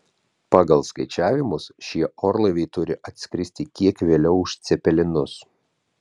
pagal skaičiavimus šie orlaiviai turi atskristi kiek vėliau už cepelinus